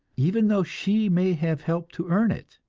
even though she may have helped to earn it.